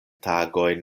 tagojn